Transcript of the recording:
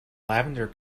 lavender